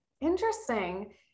Interesting